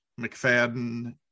McFadden